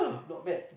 not bad